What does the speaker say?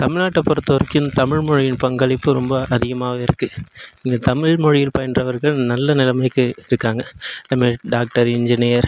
தமிழ்நாட்டை பொறுத்தவரைக்கும் தமிழ்மொழியின் பங்களிப்பு ரொம்ப அதிகமாகவே இருக்குது இங்கே தமிழ்மொழியில் பயின்றவர்கள் நல்ல நிலைமைக்கு இருக்காங்க இந்த மாதிரி டாக்டர் இன்ஜினியர்